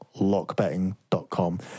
lockbetting.com